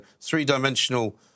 three-dimensional